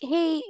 Hey